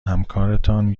همکارتان